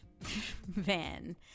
van